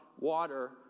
water